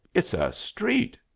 it's a street,